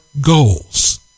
goals